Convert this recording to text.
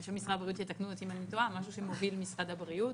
אנשי משרד הבריאות יתקנו אותי אם אני טועה משהו שמוביל משרד הבריאות